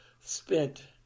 spent